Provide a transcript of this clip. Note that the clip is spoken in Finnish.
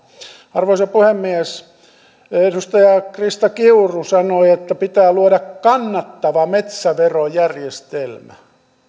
arvoisa puhemies edustaja krista kiuru sanoi että pitää luoda kannattava metsäverojärjestelmä